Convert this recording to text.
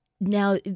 Now